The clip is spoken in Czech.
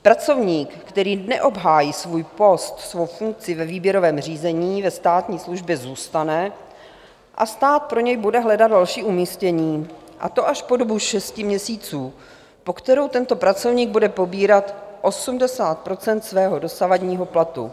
Pracovník, který neobhájí svůj post, svou funkci ve výběrovém řízení, ve státní službě zůstane a stát pro něj bude hledat další umístění, a to až po dobu šesti měsíců, po kterou tento pracovník bude pobírat 80 % svého dosavadního platu.